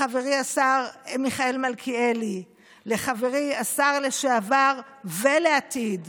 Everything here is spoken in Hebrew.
לחברי השר מיכאל מלכיאלי ולחברי השר לשעבר ולעתיד